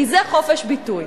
כי זה חופש ביטוי.